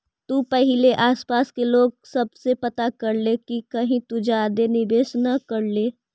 तु पहिले आसपास के लोग सब से पता कर ले कि कहीं तु ज्यादे निवेश न कर ले